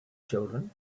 children